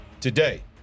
today